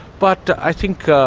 but i think,